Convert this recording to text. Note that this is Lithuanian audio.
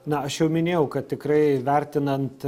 na aš jau minėjau kad tikrai vertinant